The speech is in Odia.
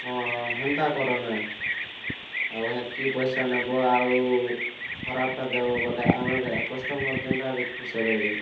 ହଁ ହେନ୍ତା କରନା ଆଉ ହେତ୍କି ପଇସା ନେବ ଆଉ ଖରାପଟା ଦେବ ବୋଲେ ଆମେ କଷ୍ଟମର୍ କେନ୍ତାରେ ଖୁସ୍ ରହିବେ